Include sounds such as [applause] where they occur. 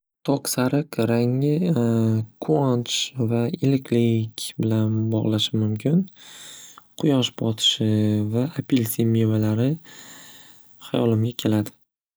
To'q sariq ranggi [hesitation] quvonch va iliqlik bilan bog'lashim mumkin quyosh botishi va apelsin mevalari hayolimga keladi.